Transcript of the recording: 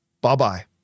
bye-bye